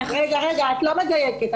רגע, את לא מדייקת.